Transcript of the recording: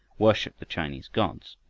worshiped the chinese gods,